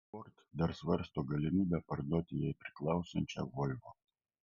ford dar svarsto galimybę parduoti jai priklausančią volvo